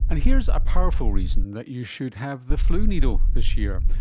and here's a powerful reason that you should have the flu needle this year,